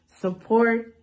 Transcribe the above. support